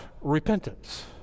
repentance